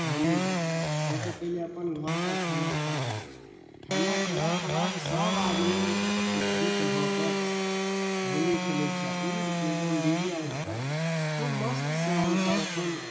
होलीमे सबसँ पहिले अपन घरपर खाना खा लै छै खाना खयलाके बाद सब आदमी एक जुट भऽ कऽ होली खेलै छी आओर उ एकदम डिजाइनके खूब मस्तसँ हमसब अपन